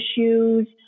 issues